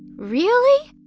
really?